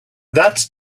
that